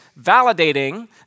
validating